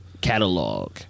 catalog